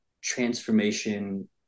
transformation